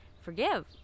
forgive